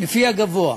לפי הגבוה.